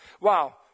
Wow